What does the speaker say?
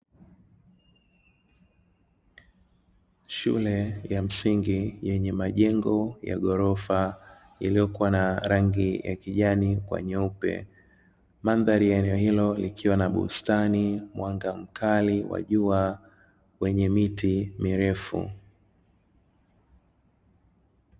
Shule ya msingi yenye majengo ya gorofa iliyokuwa na rangi ya kijani kwa nyeupe, mandhari ya eneo hilo kukiwa na bustani mwanga mkali wa jua kwenye miti mirefu.